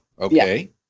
Okay